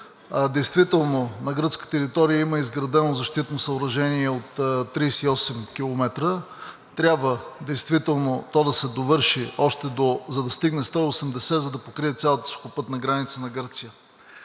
Действително на гръцка територия има изградено защитно съоръжение от 38 км. Трябва действително още то да се довърши, за да стигне 180 км, за да покрие цялата сухопътна граница на Гърция.